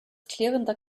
klirrender